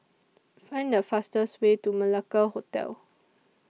Find The fastest Way to Malacca Hotel